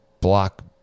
block